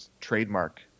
trademark